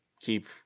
keep